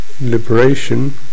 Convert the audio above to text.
liberation